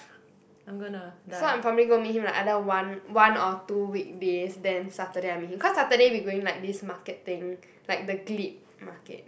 I'm gonna die